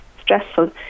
stressful